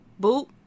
Boop